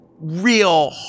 real